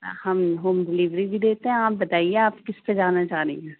ہم home delivery بھی دیتے ہیں آپ بتائیے آپ کس پہ جانا چاہ رہی ہیںے